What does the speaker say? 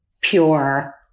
pure